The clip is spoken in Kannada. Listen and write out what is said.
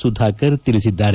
ಸುಧಾಕರ್ ತಿಳಿಸಿದ್ದಾರೆ